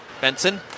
Benson